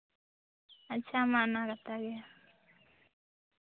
ᱟᱪᱪᱷᱟ ᱢᱟ ᱚᱱᱟ ᱠᱟᱛᱷᱟ ᱜᱮ